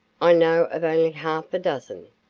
i know of only half a dozen.